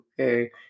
okay